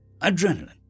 Adrenaline